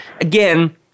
again